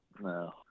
No